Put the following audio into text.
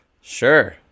Sure